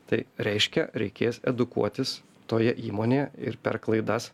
tai reiškia reikės edukuotis toje įmonėje ir per klaidas